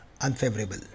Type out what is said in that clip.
unfavorable